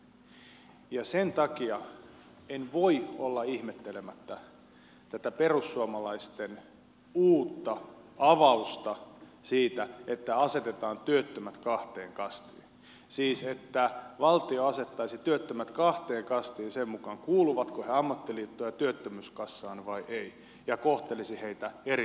ja sen takia en voi olla ihmettelemättä tätä perussuomalaisten uutta avausta siitä että asetetaan työttömät kahteen kastiin siis että valtio asettaisi työttömät kahteen kastiin sen mukaan kuuluvatko he ammattiliittoon ja työttömyyskassaan vai eivät ja kohtelisi heitä eri tavalla